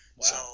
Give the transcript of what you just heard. Wow